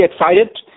excited